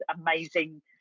amazing